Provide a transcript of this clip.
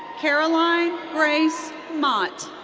caroline grace mott.